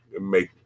make